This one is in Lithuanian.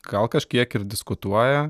gal kažkiek ir diskutuoja